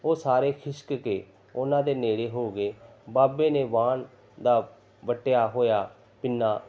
ਉਹ ਸਾਰੇ ਖਿਸਕ ਕੇ ਉਹਨਾਂ ਦੇ ਨੇੜੇ ਹੋ ਗਏ ਬਾਬੇ ਨੇ ਬਾਣ ਦਾ ਵੱਟਿਆ ਹੋਇਆ ਪਿੰਨਾ